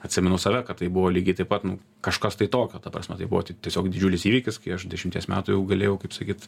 atsimenu save kad tai buvo lygiai taip pat nu kažkas tai tokio ta prasme tai buvo tiesiog didžiulis įvykis kai aš dešimties metų jau galėjau kaip sakyt